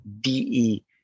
DE